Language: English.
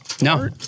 No